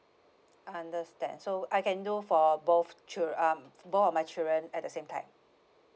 understand so I can do for both chi~ um both of my children at the same time